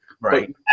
Right